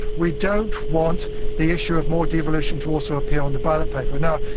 we don't want the issue of more devolution to also appear on the ballot paper. now,